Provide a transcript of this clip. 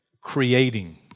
creating